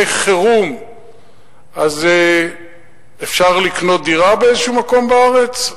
חירום אפשר לקנות דירה במקום כלשהו בארץ?